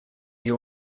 you